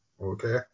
Okay